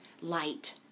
light